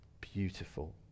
beautiful